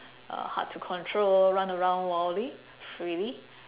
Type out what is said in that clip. uh hard to control run around wildly freely